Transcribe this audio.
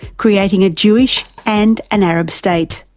creating a jewish and an arab state.